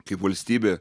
kaip valstybė